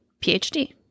PhD